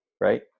right